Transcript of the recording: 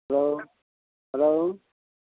hello hello